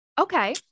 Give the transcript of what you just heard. Okay